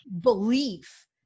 belief